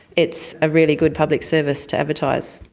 it's a really good public service to advertise.